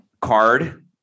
card